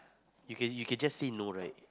you can you can just see not right